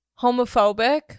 homophobic